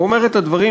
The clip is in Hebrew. ואומר את הדברים,